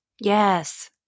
Yes